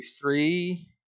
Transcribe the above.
three